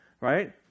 right